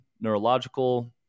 neurological